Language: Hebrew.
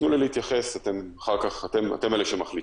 תנו לי להתייחס, אתם אלה שמחליטים.